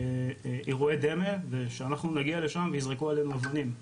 אירועי דמה ושאנחנו נגיע לשם ושיזרקו עלינו אבנים,